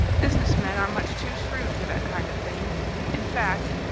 businessmen are much too shrewd for that kind of thing in fact,